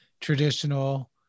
traditional